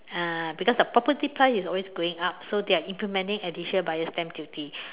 uh because the property price is always going up so they are implementing additional buyer's stamp duty